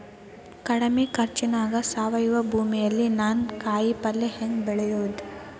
ಕಡಮಿ ಖರ್ಚನ್ಯಾಗ್ ಸಾವಯವ ಭೂಮಿಯಲ್ಲಿ ನಾನ್ ಕಾಯಿಪಲ್ಲೆ ಹೆಂಗ್ ಬೆಳಿಯೋದ್?